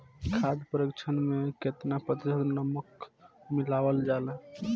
खाद्य परिक्षण में केतना प्रतिशत नमक मिलावल जाला?